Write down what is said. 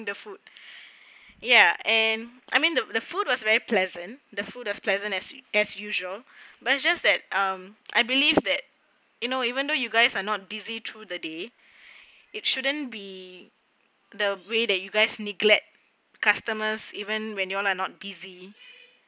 the food ya and I mean the the food was very pleasant the food as pleasant as as usual but it's just that um I believe that you know even though you guys are not busy through the day it shouldn't be the way that you guys neglect customers even when you all are not busy